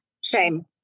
shame